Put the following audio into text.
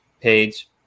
page